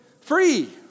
free